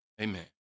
Amen